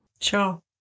Sure